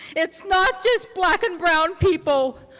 it's not just black and brown people.